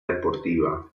deportiva